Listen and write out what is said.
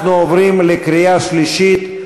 אנחנו עוברים לקריאה שלישית.